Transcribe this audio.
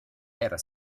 era